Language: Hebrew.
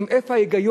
עם איפה ההיגיון,